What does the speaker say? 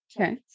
Okay